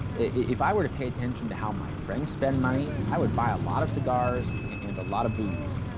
if i were to pay attention to how my friends spend money, i would buy a lot of cigars and a lot of booze.